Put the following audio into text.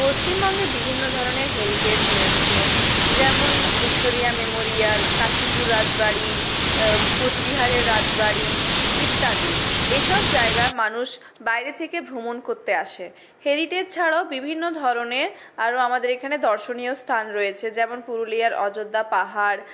পশ্চিমবঙ্গে বিভিন্ন ধরনের হেরিটেজ রয়েছে যেমন ভিক্টোরিয়া মেমোরিয়াল কাশীপুর রাজবাড়ি কোচবিহারের রাজবাড়ি ইত্যাদি এসব জায়গা মানুষ বাইরে থেকে ভ্রমণ করতে আসে হেরিটেজ ছাড়াও বিভিন্ন ধরনের আরও আমাদের এখানে দর্শনীয় স্থান রয়েছে যেমন পুরুলিয়ার অযোধ্যা পাহাড়